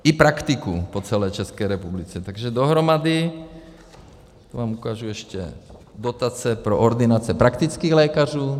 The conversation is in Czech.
I praktikům po celé České republice, takže dohromady, ukážu vám ještě dotace pro ordinace praktických lékařů.